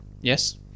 yes